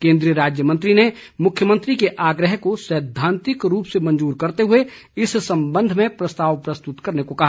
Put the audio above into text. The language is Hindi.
केन्द्रीय राज्य मंत्री ने मुख्यमंत्री के आग्रह को सैद्वांतिक रूप से मंजूर करते हुए इस संबंध में प्रस्ताव प्रस्तुत करने को कहा